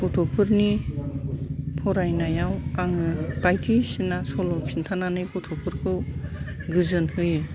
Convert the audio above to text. गथ'फोरनि फरायनायाव आङो बायदिसिना सल' खिन्थानानै गथ'फोरखौ गोजोनहोयो